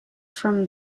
from